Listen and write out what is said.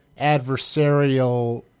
adversarial